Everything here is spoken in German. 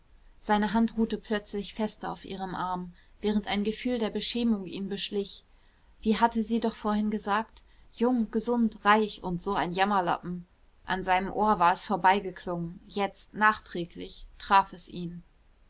seine hand ruhte plötzlich fester auf ihrem arm während ein gefühl der beschämung ihn beschlich wie hatte sie doch vorhin gesagt jung gesund reich und so ein jammerlappen an seinem ohr war es vorbeigeklungen jetzt nachträglich traf es ihn